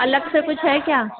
अलग से कुछ है क्या